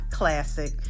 Classic